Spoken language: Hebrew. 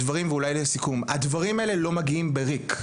הדברים האלה לא מגיעים בריק.